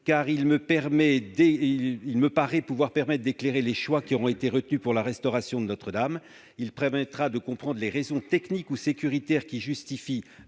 car il me paraît de nature à éclairer les choix retenus pour la restauration de Notre-Dame. Il permettra de comprendre les raisons techniques ou sécuritaires qui justifient,